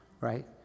right